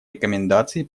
рекомендаций